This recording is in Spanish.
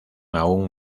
aún